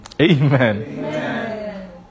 Amen